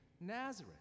Nazareth